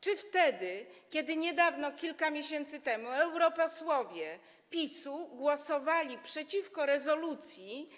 Czy wtedy, kiedy jak kilka miesięcy temu europosłowie PiS-u głosowali przeciwko rezolucji